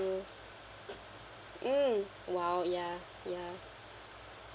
mm !wow! ya ya